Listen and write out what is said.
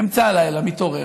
באמצע הלילה מתעורר,